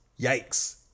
Yikes